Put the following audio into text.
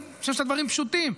אני חושב שהדברים פשוטים: